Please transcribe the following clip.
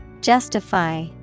Justify